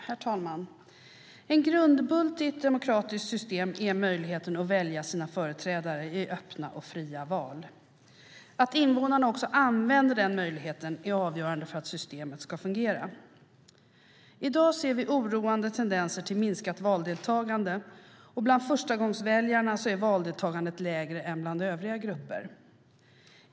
Herr talman! En grundbult i ett demokratiskt system är möjligheten att välja sina företrädare i öppna och fria val. Att invånarna också använder den möjligheten är avgörande för att systemet ska fungera. I dag ser vi oroande tendenser till minskat valdeltagande, och bland förstagångsväljarna är valdeltagandet lägre än bland övriga grupper.